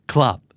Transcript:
Club